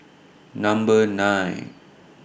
Number nine